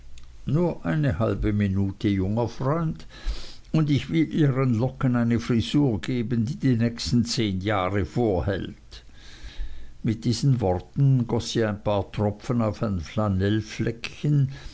nur eine halbe minute junger freund und ich will ihren locken eine frisur geben die die nächsten zehn jahre vorhält mit diesen worten goß sie ein paar tropfen auf ein